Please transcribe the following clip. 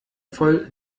voll